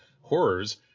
horrors